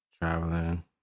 traveling